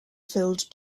filled